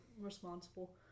responsible